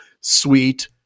sweet